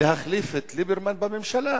להחליף את ליברמן בממשלה.